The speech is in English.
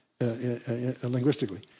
linguistically